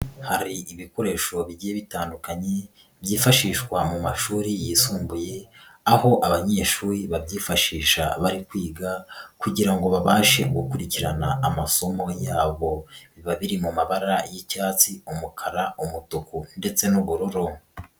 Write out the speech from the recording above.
Hari ibikoresho bigiye bitandukanye, byifashishwa mu mashuri yisumbuye, aho abanyeshuri babyifashisha bari kwiga kugira ngo babashe gukurikirana amasomo yabo. Biba biri mu mabara y'icyatsi, umukara, umutuku ndetse n'ubururu.